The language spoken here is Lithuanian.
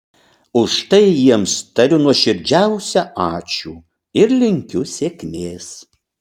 už tai jiems tariu nuoširdžiausią ačiū ir linkiu sėkmės